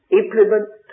implement